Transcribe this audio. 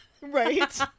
right